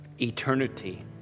eternity